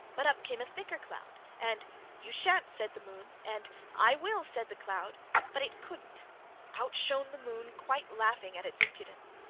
but up came a thicker cloud and you shan't said the moon and i will said the cloud but it couldn't out shone the moon, quite laughing at its impudence.